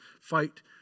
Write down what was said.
fight